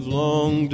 long